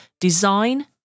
design